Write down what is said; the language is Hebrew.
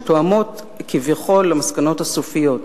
שתואמות כביכול את המסקנות הסופיות,